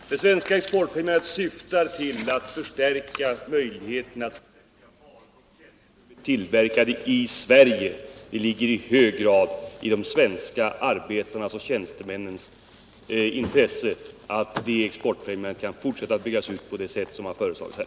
Herr talman! Den statliga exportfrämjande verksamheten syftar till att förstärka möjligheterna att sälja varor och tjänster som har framställts i Sverige. Det ligger i hög grad i de svenska arbetarnas och tjänstemännens intresse att den exportfrämjande organisationen kan fortsätta att byggas ut på det sätt som föreslagits här.